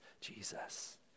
Jesus